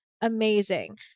amazing